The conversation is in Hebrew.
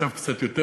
עכשיו קצת יותר,